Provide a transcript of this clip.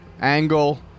angle